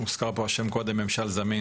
הוזכר פה קודם השם "ממשל זמין",